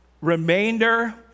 remainder